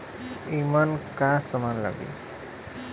ईमन का का समान लगी?